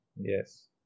Yes